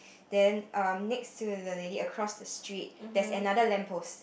then um next to the lady across the street there's another lamp post